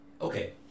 okay